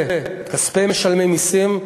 זה כספי משלמי מסים,